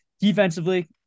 Defensively